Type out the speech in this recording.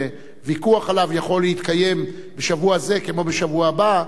שוויכוח עליו יכול להתקיים בשבוע זה כמו בשבוע הבא,